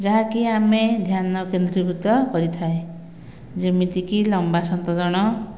ଯାହାକି ଆମେ ଧ୍ୟାନ କେନ୍ଦ୍ରୀଭୂତ କରିଥାଏ ଯେମିତି କି ଲମ୍ବା ସନ୍ତରଣ